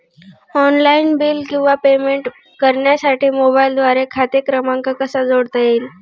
Online bill किंवा payment करण्यासाठी मोबाईलद्वारे खाते क्रमांक कसा जोडता येईल?